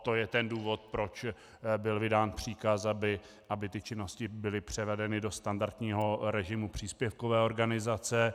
To je ten důvod, proč byl vydán příkaz, aby ty činnosti byly převedeny do standardního režimu příspěvkové organizace.